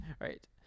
Right